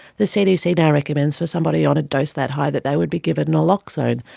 the cdc now recommends for somebody on a dose that high that they would be given naloxone,